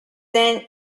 them